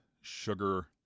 sugar